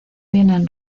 vienen